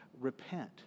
repent